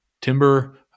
timber